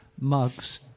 mugs